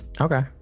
Okay